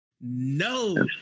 no